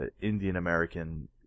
Indian-American